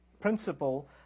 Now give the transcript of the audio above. principle